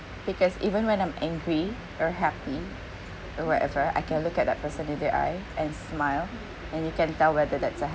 because even when I'm angry or happy or whatever I can look at that person in the eye and smile and you can tell whether that's a